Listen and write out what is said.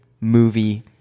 movie